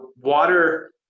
water